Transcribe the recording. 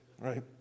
right